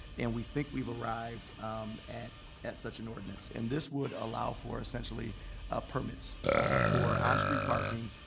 and we think we've arrived um at at such an ordinance. and this would allow for essentially permits for on street parking.